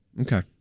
okay